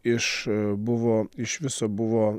iš buvo iš viso buvo